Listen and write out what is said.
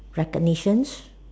recognitions